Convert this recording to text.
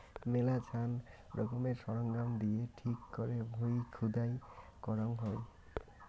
মেলাছান রকমের সরঞ্জাম দিয়ে ঠিক করে ভুঁই খুদাই করাঙ হউ